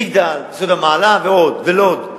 מגדל, יסוד-המעלה ולוד.